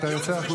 תוציאו אותו.